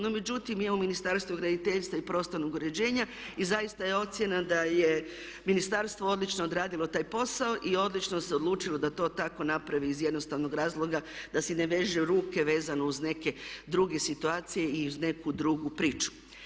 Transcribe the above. No međutim u Ministarstvu graditeljstva i prostornog uređenja i zaista je procjena da je Ministarstvo odlično odradilo taj posao i odlično se odlučilo da to tako napravi iz jednostavnog razloga da si ne veže ruke vezano uz neke druge situacije i uz neku drugu priču.